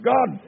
God